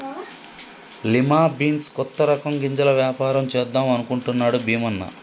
lima beans కొత్త రకం గింజల వ్యాపారం చేద్దాం అనుకుంటున్నాడు భీమన్న